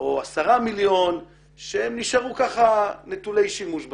או 10 מיליון שהם נשארו ככה נטולי שימוש בסוף,